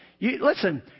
Listen